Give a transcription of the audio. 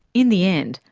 in the end,